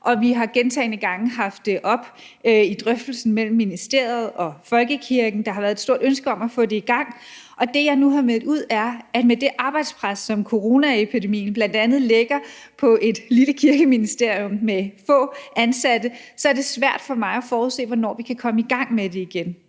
Vi har gentagne gange haft det oppe i drøftelsen mellem ministeriet og folkekirken, for der har været et stort ønske om at få det i gang. Og det, jeg nu har meldt ud, er, at med det arbejdspres, som bl.a. coronaepidemien lægger på et lille Kirkeministerium med få ansatte, så er det svært for mig at forudse, hvornår vi kan komme i gang med det igen.